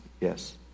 Yes